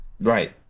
Right